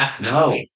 No